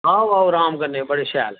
आओ आओ राम कन्नै बड़े शैल